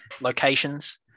locations